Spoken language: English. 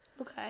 Okay